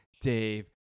Dave